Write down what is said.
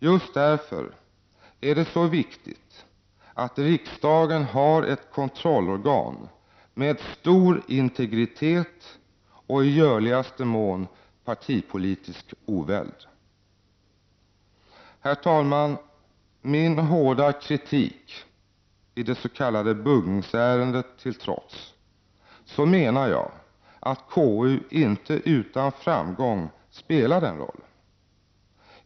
Just därför är det så viktigt att riksdagen har ett kontrollorgan med stor integritet och i görligaste mån partipolitisk oväld. Herr talman! Min hårda kritik i det s.k.buggningsärendet till trots menar jag att KU inte utan framgång spelar den rollen.